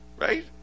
Right